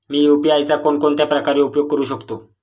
मी UPI चा कोणकोणत्या प्रकारे उपयोग करू शकतो?